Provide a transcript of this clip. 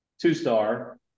two-star